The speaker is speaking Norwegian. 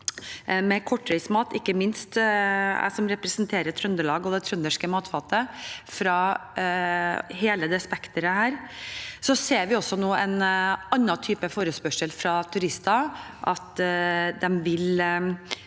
Det tenker ikke minst jeg som representerer Trøndelag og det trønderske matfatet fra hele dette spekteret. Vi ser også nå en annen type forespørsel fra turister: De vil